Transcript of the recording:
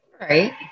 right